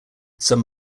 some